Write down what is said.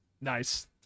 Nice